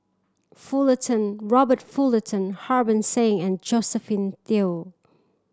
Fullerton Robert Fullerton Harbans Singh and Josephine Teo